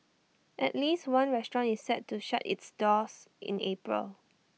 at least one restaurant is set to shut its doors in April